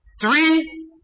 Three